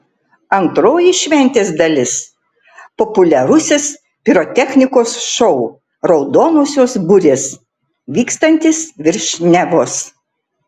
antroji šventės dalis populiarusis pirotechnikos šou raudonosios burės vykstantis virš nevos